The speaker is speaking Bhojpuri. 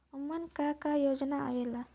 उमन का का योजना आवेला?